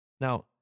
Now